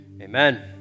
Amen